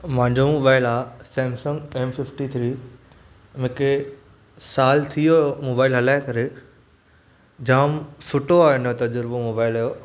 मुंहिंजो मोबाइल आहे Samsung M fifty three मूंखे सालु थियो मोबाइल हलाए करे जामु सुठो आहे तजुर्बो हिन मोबाइल जो